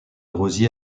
rosier